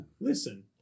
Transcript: Listen